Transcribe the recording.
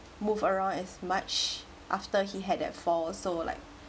move around as much after he had that fall so like